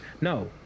no